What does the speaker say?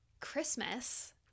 Christmas